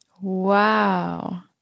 Wow